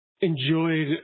enjoyed